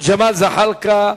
ג'מאל זחאלקה,